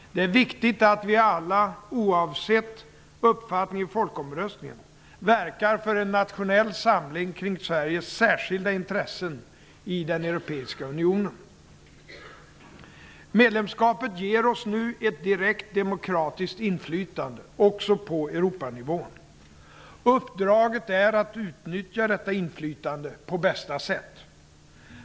Det är viktigt att vi alla, oavsett uppfattning i folkomröstningen, verkar för en nationell samling kring Sveriges särskilda intressen i den europeiska unionen. Medlemskapet ger oss nu ett direkt demokratiskt inflytande också på Europanivån. Vårt uppdrag är att utnyttja detta inflytande på bästa sätt.